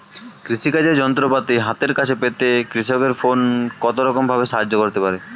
কৃষিকাজের যন্ত্রপাতি হাতের কাছে পেতে কৃষকের ফোন কত রকম ভাবে সাহায্য করতে পারে?